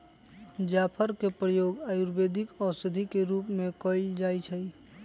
जाफर के प्रयोग आयुर्वेदिक औषधि के रूप में कएल जाइ छइ